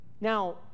Now